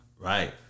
Right